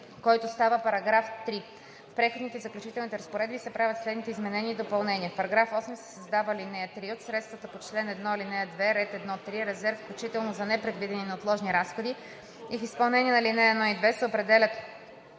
който става § 3: „§ 3. В „Преходните и заключителните разпоредби“ се правят следните изменения и допълнения: 1. В § 8 се създава ал. 3: „(3) От средствата по чл. 1, ал. 2, ред 1.3. „Резерв, включително за непредвидени и неотложни разходи“ и в изпълнение на ал. 1 и 2 се определят